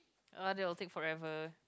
uh they'll take forever